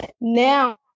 now